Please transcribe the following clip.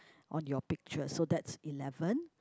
on your picture so that's eleven